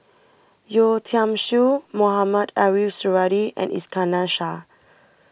Yeo Tiam Siew Mohamed Ariff Suradi and Iskandar Shah